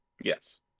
Yes